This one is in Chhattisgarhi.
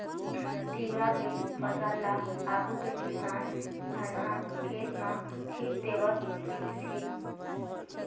तिंवरा के फसल ल आघु के किसान धनहा खेत म छीच देवत रिहिस हे